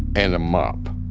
and a mop